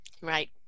Right